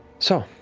so.